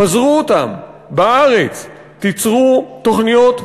פזרו אותם בארץ, תיצרו תוכניות העסקה.